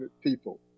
people